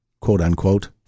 quote-unquote